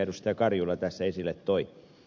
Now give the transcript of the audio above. karjula tässä esille toi